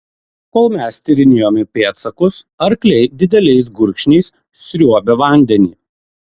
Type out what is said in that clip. kol mes tyrinėjome pėdsakus arkliai dideliais gurkšniais sriuobė vandenį